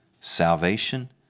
salvation